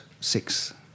six